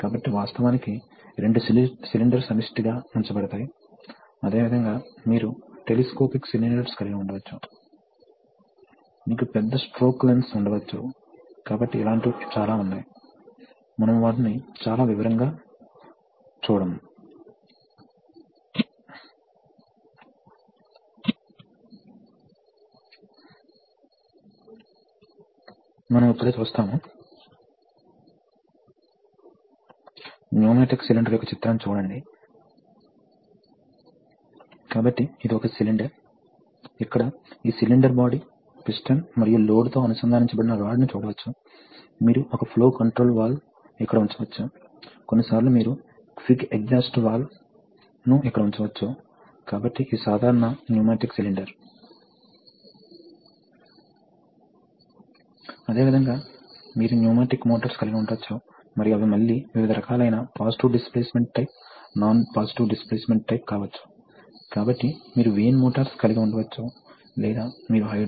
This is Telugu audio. తరువాత మనకు సీక్వెన్సింగ్ సర్క్యూట్ ఉంది కాబట్టి సీక్వెన్సింగ్ సర్క్యూట్లో ఏమి జరుగుతుంది ఇప్పుడు ఈ ఉదాహరణలో మనకు ఒకటి కంటే ఎక్కువ సిలిండర్లు ఉన్నాయి ఇప్పటివరకు మనం చేస్తున్నది ఏమిటంటే మనకు ఒక సిలిండర్ మాత్రమే నిర్వహించబడుతుంది అయితే కొన్నిసార్లు మీరు ఎక్కువ సిలిండర్లను ఆపరేట్ చేయవలసి ఉంటుంది మరియు ఉదాహరణకు మీకు వుడ్ పని చేసే మెషిన్ ఉందని అనుకుందాం